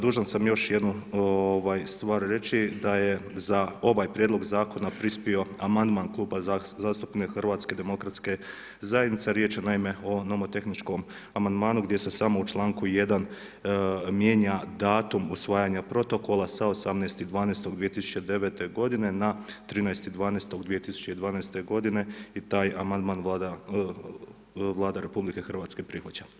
Dužan sam još jednu stvar reći, da je za ovaj prijedlog zakona prispio amandman Kluba zastupnika HDZ-a, riječ je naime o nomotehničkom amandmanu gdje se samo u članku 1. mijenja datum usvajanja protokola sa 18.12.2009. godine na 13.12.2012. godine i taj amandman Vlada RH prihvaća.